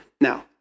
Now